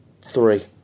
Three